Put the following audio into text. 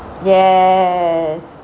yes